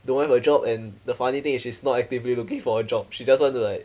don't have a job and the funny thing is she's not actively looking for a job she just want to like